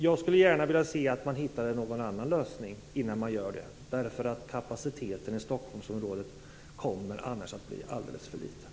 Jag skulle gärna vilja se att man hittade någon annan lösning innan man gör det, därför att kapaciteten i Stockholmsområdet kommer annars att bli alldeles för liten.